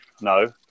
No